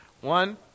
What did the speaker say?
One